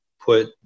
put